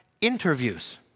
interviews